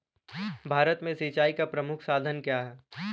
भारत में सिंचाई का प्रमुख साधन क्या है?